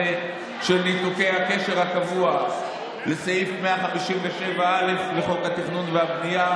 של ניתוקי הקשר הקבוע בסעיף 157א בחוק התכנון והבנייה,